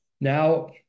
now